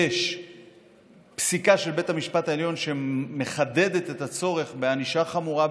יש פסיקה של בית המשפט העליון שמחדדת את הצורך בענישה חמורה,